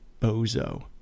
bozo